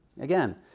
again